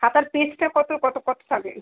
খাতার পেজটা কত কত কত থাকে